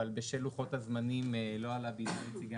אבל בשל לוחות הזמנים לא עלה בידי נציגי